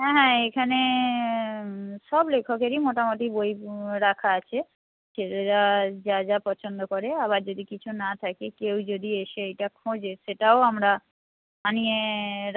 হ্যাঁ হ্যাঁ এখানে সব লেখকেরই মোটামুটি বই রাখা আছে ছেলেরা যা যা পছন্দ করে আবার যদি কিছু না থাকে কেউ যদি এসে এইটা খোঁজে সেটাও আমরা আনিয়ে